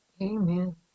Amen